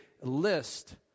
list